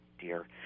dear